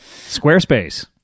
squarespace